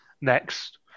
next